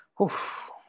oof